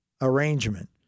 arrangement